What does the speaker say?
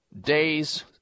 days